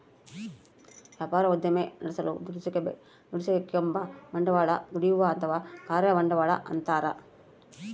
ವ್ಯಾಪಾರ ಉದ್ದಿಮೆ ನಡೆಸಲು ದುಡಿಸಿಕೆಂಬ ಬಂಡವಾಳ ದುಡಿಯುವ ಅಥವಾ ಕಾರ್ಯ ಬಂಡವಾಳ ಅಂತಾರ